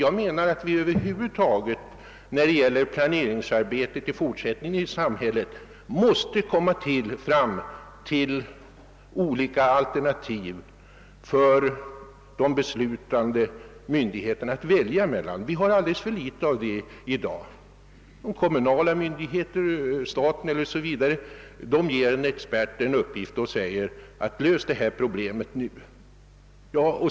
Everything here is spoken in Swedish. I fråga om det fortsatta planeringsarbetet i samhället måste vi komma fram till en sådan ordning att de beslutande myndigheterna kan välja mellan olika alternativ. I dag är möjligheterna härtill alltför få. Kommunala myndigheter eller staten ger en expert i uppdrag att söka lösa ett problem.